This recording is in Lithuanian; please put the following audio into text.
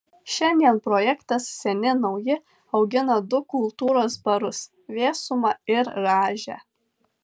šiandien projektas seni nauji augina du kultūros barus vėsumą ir rąžę